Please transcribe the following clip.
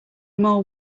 more